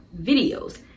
videos